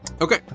Okay